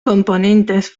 componentes